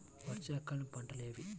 వర్షాకాలం పంటలు ఏవి?